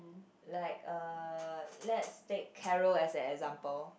like uh let's take Carol as a example